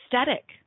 aesthetic